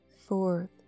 Fourth